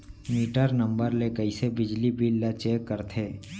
Metre number ले कइसे बिजली बिल ल चेक करथे?